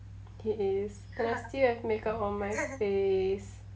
he is and I still have makeup on my face